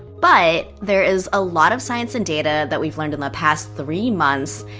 but there is a lot of science and data that we've learned in the past three months.